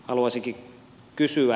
haluaisinkin kysyä